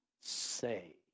say